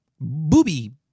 booby